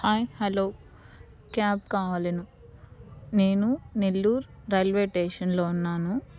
hi hello cab కావలెను నేను నెల్లూర్ రైల్వేటేషన్లో ఉన్నాను